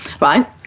right